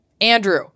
Andrew